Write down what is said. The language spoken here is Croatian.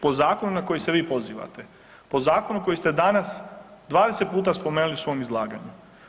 Po zakonu na koji se vi pozivate, po zakonu koji ste danas 20 puta spomenuli u svom zakonu.